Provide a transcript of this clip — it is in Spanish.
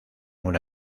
una